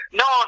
no